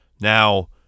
Now